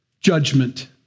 Judgment